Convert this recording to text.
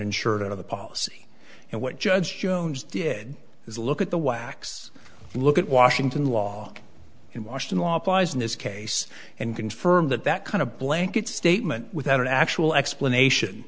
the policy and what judge jones did is look at the wax look at washington law in washington law applies in this case and confirm that that kind of blanket statement without an actual explanation